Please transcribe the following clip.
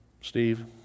Steve